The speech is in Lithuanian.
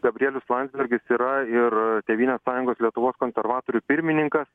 gabrielius landsbergis yra ir tėvynės sąjungos lietuvos konservatorių pirmininkas